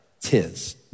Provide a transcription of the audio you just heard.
Tis